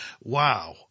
Wow